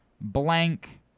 blank